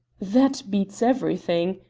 that beats everything.